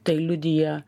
tai liudija